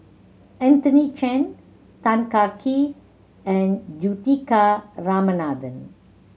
Anthony Chen Tan Kah Kee and Juthika Ramanathan